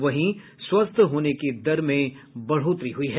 वहीं स्वस्थ होने की दर में बढ़ोतरी हुई है